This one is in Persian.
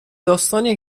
داستانیه